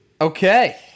okay